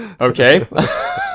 Okay